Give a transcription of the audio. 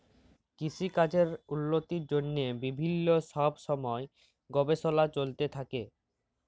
কিসিকাজের উল্লতির জ্যনহে বিভিল্ল্য ছব ছময় গবেষলা চলতে থ্যাকে